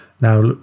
Now